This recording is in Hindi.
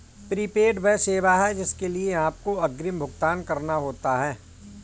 प्रीपेड वह सेवा है जिसके लिए आपको अग्रिम भुगतान करना होता है